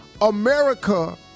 America